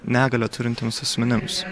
negalią turintiems asmenims